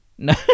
No